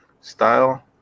style